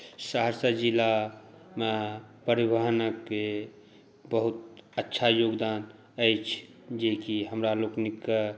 सहरसा जिलामे परिवहनक बहुत अच्छा योगदान अछि जेकि हमरा लोकनिकेॅं